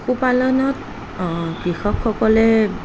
পশু পালনত কৃষকসকলে